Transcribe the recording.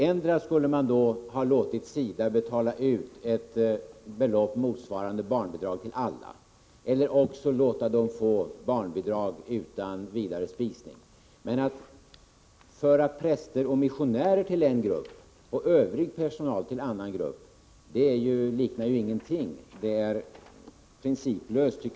Endera skulle SIDA ha fått betala ut ett belopp motsvarande barnbidraget till alla eller så skulle de ha fått barnbidrag utan vidare spisning. Men att föra präster och missionärer till en grupp och övrig personal till en annan grupp liknar ingenting, utan det är principlöst.